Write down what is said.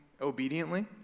obediently